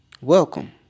welcome